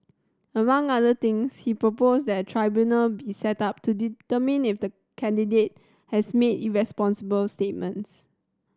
among other things he proposed that a tribunal be set up to determine if the candidate has made irresponsible statements